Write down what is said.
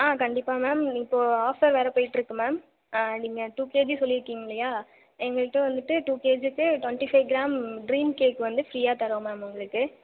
ஆ கண்டிப்பாக மேம் இப்போது ஆஃபர் வேறு போய்கிட்டுருக்கு மேம் நீங்கள் டூ கேஜி சொல்லியிருக்கிங்க இல்லையா எங்கள்கிட்ட வந்துட்டு டூ கேஜிக்கு twenty five gram dream cake வந்து ஃப்ரீயாக தரோம் மேம் உங்களுக்கு